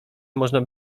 można